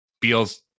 Beal's